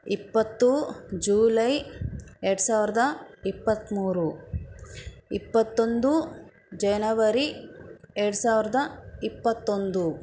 ಇಪ್ಪತ್ತು ಜೂಲೈ ಎರಡು ಸಾವಿರದ ಇಪ್ಪತ್ತ್ಮೂರು ಇಪ್ಪತ್ತೊಂದು ಜನವರಿ ಎರಡು ಸಾವಿರದ ಇಪ್ಪತ್ತೊಂದು